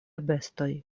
bestoj